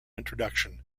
introduction